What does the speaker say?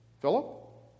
Philip